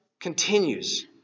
continues